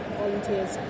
volunteers